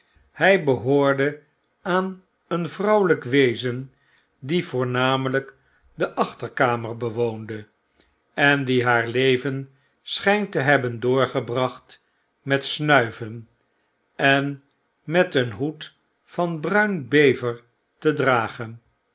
hy behoorde aan een vrouwelyk wezen die voornamelyk de achterkamer bewoonde en die haar leven schynt te hebben doorgebracht met snuiven en met een hoed van bndn bever te dragen